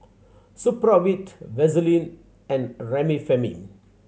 Supravit Vaselin and Remifemin